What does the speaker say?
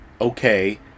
okay